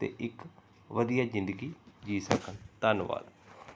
ਅਤੇ ਇੱਕ ਵਧੀਆ ਜ਼ਿੰਦਗੀ ਜੀ ਸਕਣ ਧੰਨਵਾਦ